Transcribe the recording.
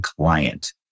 client